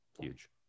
huge